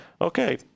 okay